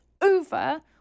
over